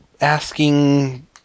asking